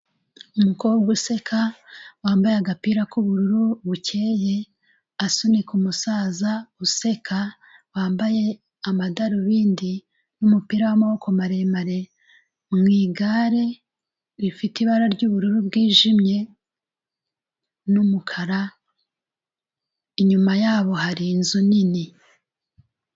Umukobwa useka wambaye agapira k'ubururu bukeye, asunika umusaza useka, wambaye amadarubindi n'umupira w'amaboko maremare mu igare rifite ibara ry'ubururu bwijimye n'umukara inyuma yabo hari inzu nini.